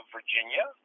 Virginia